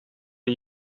der